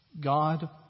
God